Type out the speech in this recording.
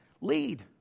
Lead